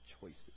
choices